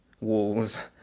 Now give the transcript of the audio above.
walls